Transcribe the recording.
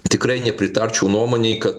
tikrai nepritarčiau nuomonei kad